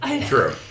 True